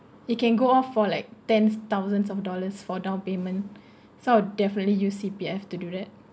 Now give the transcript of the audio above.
it can go off for like ten thousands of dollars for down payment so I'll definitely use C_P_F to do that